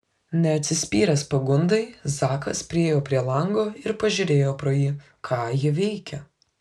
neatsispyręs pagundai zakas priėjo prie lango ir pažiūrėjo pro jį ką ji veikia